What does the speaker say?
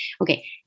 Okay